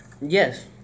Yes